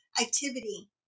activity